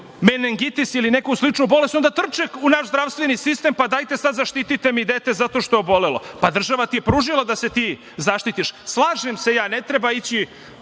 meningitis ili neku sličnu bolest onda trče u naš zdravstveni sistem – zaštite mi dete zato što je obolelo. Država ti je pružila da se ti zaštitiš. Slažem se ja, ne treba ići